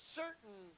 certain